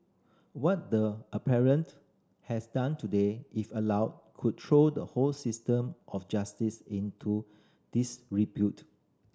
what the appellant has done today if allowed could throw the whole system of justice into disrepute